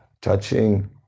touching